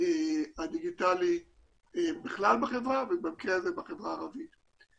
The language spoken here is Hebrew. הדיגיטלי בכלל בחברה ובמקרה הזה בחברה הערבית.